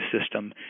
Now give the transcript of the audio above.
system